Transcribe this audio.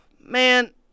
Man